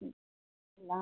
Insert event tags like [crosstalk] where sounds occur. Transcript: اللہ [unintelligible]